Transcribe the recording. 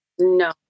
no